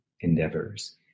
endeavors